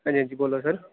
हां जी हां जी बोल्लो सर